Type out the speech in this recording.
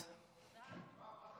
תודה.